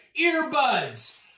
earbuds